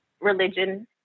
religion